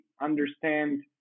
understand